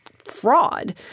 fraud